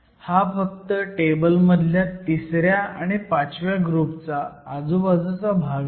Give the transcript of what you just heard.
हा फक्त टेबलमधल्या तिसऱ्या आणि पाचव्या ग्रुपच्या आजूबाजूचा भाग आहे